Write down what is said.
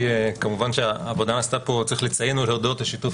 ציינתי העבודה נעשתה הודות לשיתוף